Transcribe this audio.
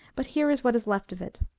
but here is what is left of it